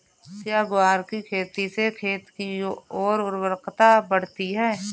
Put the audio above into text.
क्या ग्वार की खेती से खेत की ओर उर्वरकता बढ़ती है?